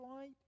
light